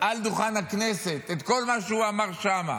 על דוכן הכנסת, את כל מה שהוא אמר שם.